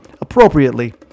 appropriately